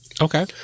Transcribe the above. Okay